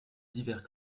divers